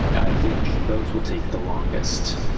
i think those will take the longest.